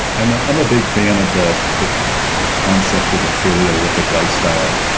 i'm ah um a big fan of the the concept of a paleolithic lifestyle,